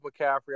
McCaffrey